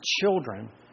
children